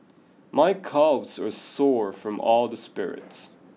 my calves are sore from all the sprints